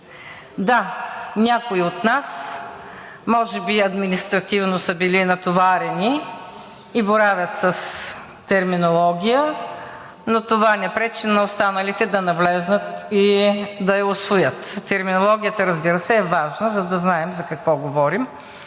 Да, някои от нас може би административно са били натоварени и боравят с терминология, но това не пречи на останалите да навлязат и да я усвоят. Терминологията, разбира се, е важна, за да знаем за какво говорим,